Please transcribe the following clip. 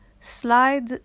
slide